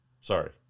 Sorry